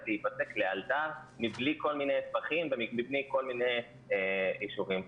להיפסק לאלתר מבלי כל מיני ספחים ומבלי כל מיני אישורים.